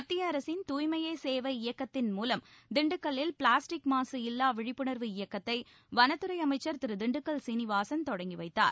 மத்திய அரசின் தூய்மையே சேவை இயக்கத்தின் மூலம் திண்டுக்கல்லில் பிளாஸ்டிக் மாசு இல்லா விழிப்புணர்வு இயக்கத்தை வனத்துறை அமைச்சர் திரு திண்டுக்கல் சீனிவாசன் தொடங்கி வைத்தார்